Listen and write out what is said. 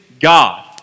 God